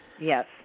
Yes